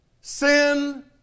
Sin